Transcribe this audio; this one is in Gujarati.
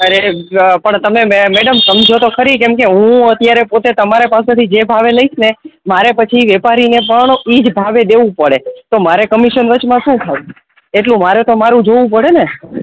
પણ મેંમ તમે સમજો તો ખરી તમારે જે ભાવેથી લઈશ ને પછી મારે વેપારીને મારે ભી એ ભાવે દેવું પડે તો મારે કમિશન વચ માં સુ રહ્યું એટલે મારે તો મારું જોવું પડે ને